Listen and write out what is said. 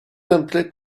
simply